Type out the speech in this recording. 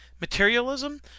materialism